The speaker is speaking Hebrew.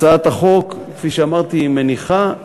כפי שאמרתי, הצעת החוק מניחה מעין,